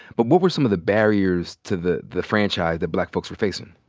but what were some of the barriers to the the franchise that black folks were facing?